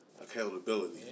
accountability